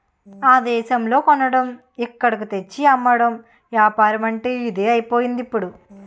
ఆ దేశంలో కొనడం ఇక్కడకు తెచ్చి అమ్మడం ఏపారమంటే ఇదే అయిపోయిందిప్పుడు